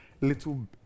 little